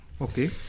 okay